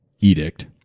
edict